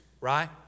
right